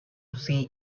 see